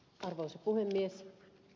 arvoisa puhemies